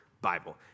Bible